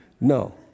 No